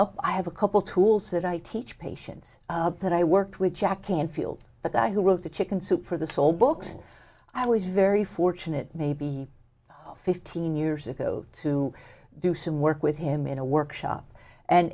up i have a couple tools that i teach patients that i worked with jack canfield the guy who wrote the chicken soup for the soul books i was very fortunate maybe fifteen years ago to do some work with him in a workshop and